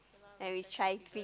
and we try to